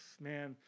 man